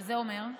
שזה אומר?